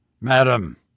Madam